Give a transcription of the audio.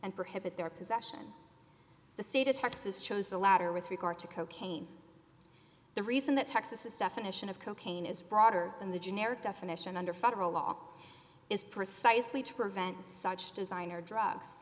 at their possession the state of texas chose the latter with regard to cocaine the reason that texas is definition of cocaine is broader than the generic definition under federal law is precisely to prevent such designer drugs